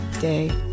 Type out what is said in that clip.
day